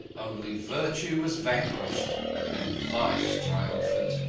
only virtue was vanquished and vice triumphant.